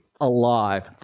alive